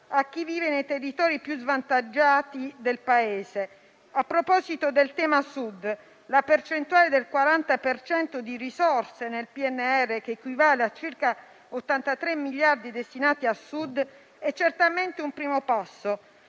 a chi vive nei territori più svantaggiati del Paese. A proposito del tema Sud, la percentuale del 40 per cento di risorse nel PNRR, che equivale a circa 83 miliardi destinati al Sud, è certamente un primo passo.